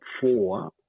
four